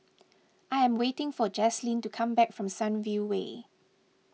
I am waiting for Jaslyn to come back from Sunview Way